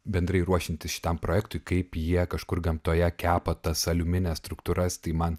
bendrai ruošiantis šitam projektui kaip jie kažkur gamtoje kepa tas aliumines struktūras tai man